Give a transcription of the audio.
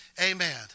Amen